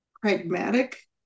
pragmatic